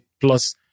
plus